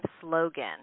slogan